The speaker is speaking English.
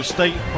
State